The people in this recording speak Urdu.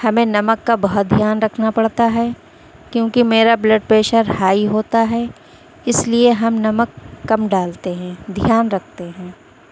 ہمیں نمک کا بہت دھیان رکھنا پڑتا ہے کیوںکہ میرا بلڈ پریشر ہائی ہوتا ہے اس لیے ہم نمک کم ڈالتے ہیں دھیان رکھتے ہیں